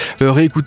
réécouter